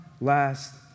last